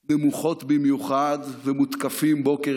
נמוכות במיוחד ומותקפים בוקר,